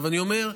י"ב, אני אומר,